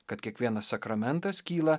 kad kiekvienas sakramentas kyla